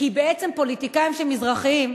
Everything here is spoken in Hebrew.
כי בעצם פוליטיקאים שהם מזרחים,